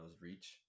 reach